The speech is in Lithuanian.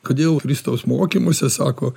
kodėl kristaus mokymuose sako